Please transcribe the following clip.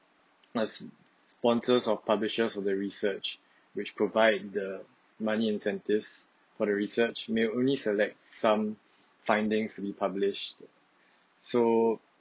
must sponsors of publishers of the research which provide the money incentives for the research may only select some findings to be published so